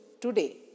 today